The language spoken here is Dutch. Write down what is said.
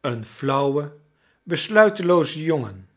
een flauwe besluitelooze jongen